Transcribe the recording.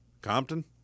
Compton